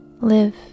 Live